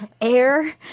air